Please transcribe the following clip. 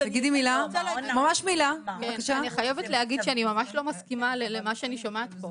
אני חייבת להגיד שאני ממש לא מסכימה למה שאני שומעת פה.